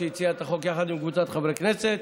שהציעה את החוק יחד עם קבוצת חברי כנסת,